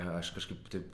aš kažkaip taip